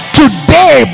today